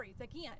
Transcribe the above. again